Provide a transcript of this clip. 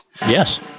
Yes